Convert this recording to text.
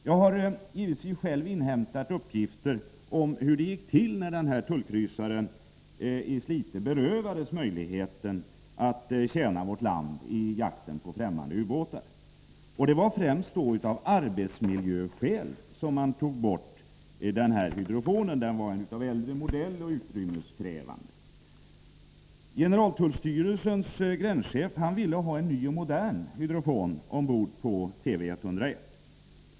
Jag har själv inhämtat uppgifter om hur det gick till när den här tullkryssaren i Slite berövades möjligheten att betjäna vårt land i jakten på främmande ubåtar. Det var främst av arbetsmiljöskäl som man tog bort hydrofonen. Den var av äldre modell och utrymmeskrävande. Generaltullstyrelsens gränschef ville ha en ny och modern hydrofon ombord på TV 101.